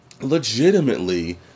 legitimately